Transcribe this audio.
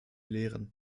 lehren